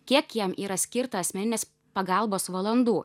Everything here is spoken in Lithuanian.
kiek jam yra skirta asmeninės pagalbos valandų